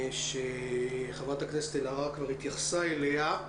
שחברת הכנסת אלהרר כבר התייחסה אליה.